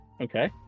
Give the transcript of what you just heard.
Okay